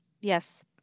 Yes